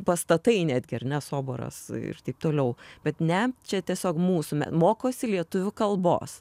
pastatai netgi ar ne soboras ir taip toliau bet ne čia tiesiog mūsų mokosi lietuvių kalbos